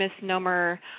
misnomer